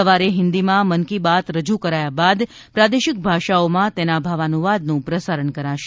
સવારે હિન્દીમાં મન કી બાત રજૂ કરાયા બાદ પ્રાદેશિક ભાષાઓમાં તેના ભાવાનુવાદનું પ્રસારણ કરાશે